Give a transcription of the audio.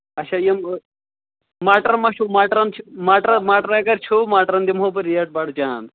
اچھا یمِ مَٹر مہ چھُو مَٹرَن چھِ مَٹر مَٹر اَگر چھُو مَٹرَن دِمہو بہٕ ریٹ بَڑٕ جان